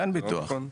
אין ביטוח כזה.